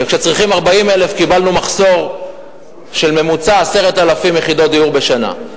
וכשצריכים 40,000 קיבלנו מחסור של ממוצע 10,000 יחידות דיור בשנה.